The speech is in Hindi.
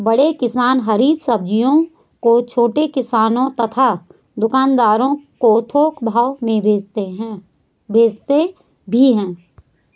बड़े किसान हरी सब्जियों को छोटे किसानों तथा दुकानदारों को थोक भाव में भेजते भी हैं